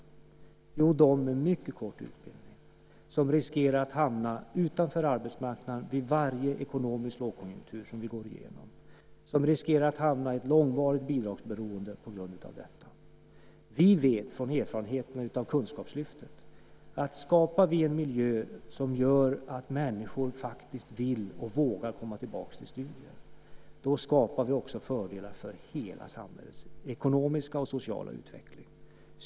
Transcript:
Jo, det riktar sig till dem med mycket kort utbildning, som riskerar att hamna utanför arbetsmarknaden vid varje ekonomisk lågkonjunktur som vi går igenom och som riskerar att hamna i ett långvarigt bidragsberoende på grund av detta. Vi vet, från erfarenheterna av kunskapslyftet, att skapar vi en miljö som gör att människor vill och vågar komma tillbaka till studier skapar vi också fördelar för hela samhällets ekonomiska och sociala utveckling.